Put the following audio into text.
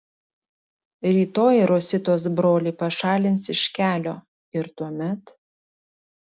rytoj rositos brolį pašalins iš kelio ir tuomet